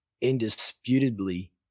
indisputably